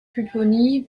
pupponi